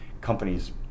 companies